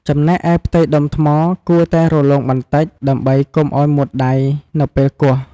ចំណែកឯផ្ទៃដុំថ្មគួរតែរលោងបន្តិច ដើម្បីកុំឱ្យមុតដៃនៅពេលគោះ។